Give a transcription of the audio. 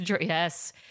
yes